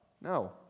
No